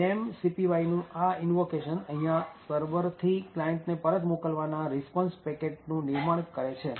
memcpyનું આ ઈનવોકેશન અહીં સર્વરથી ક્લાયન્ટને પરત મોકલવાના રિસ્પોન્સ પેકેટ નું નિર્માણ કરે છે